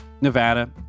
Nevada